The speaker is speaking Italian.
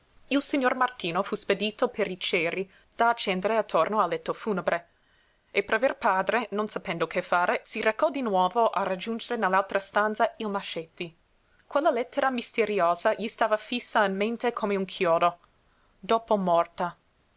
il signor martino fu spedito per i ceri da accendere attorno al letto funebre e prever padre non sapendo che fare si recò di nuovo a raggiungere nell'altra stanza il mascetti quella lettera misteriosa gli stava fissa in mente come un chiodo dopo morta